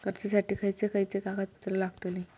कर्जासाठी खयचे खयचे कागदपत्रा लागतली?